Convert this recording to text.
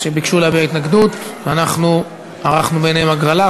שביקשו להביע התנגדות, ואנחנו ערכנו ביניהם הגרלה.